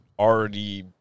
already